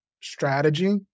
strategy